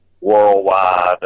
worldwide